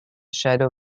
shadow